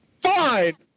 Fine